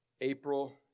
April